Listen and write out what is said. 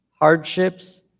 hardships